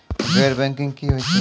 गैर बैंकिंग की होय छै?